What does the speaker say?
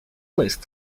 list